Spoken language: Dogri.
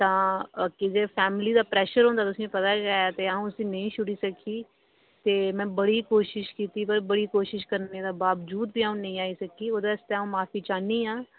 की जे फैमिली दा प्रेशर होंदा तुसेंगी पता गै ते अं'ऊ उसी नेईं छुड़ी सकी ते में बड़ी कोशिश कीती पर बड़ी कोशिश करने दे बावजूद ते अं'ऊ नेईं आई सकी ओह्दे आस्तै अं'ऊ माफी चाहन्नी आं